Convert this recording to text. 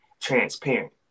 transparent